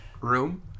room